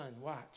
watch